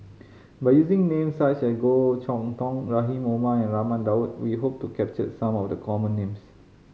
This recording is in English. by using names such as Goh Chok Tong Rahim Omar and Raman Daud we hope to capture some of the common names